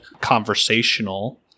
conversational